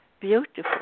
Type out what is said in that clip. beautiful